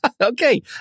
Okay